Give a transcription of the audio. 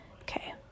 Okay